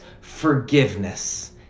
Forgiveness